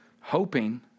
hoping